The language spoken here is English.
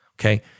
Okay